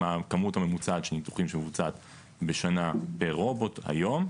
מה הכמות הממוצעת של ניתוחים שמבוצעת בשנה פר רובוט היום,